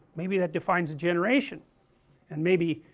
maybe it defines a generation and maybe,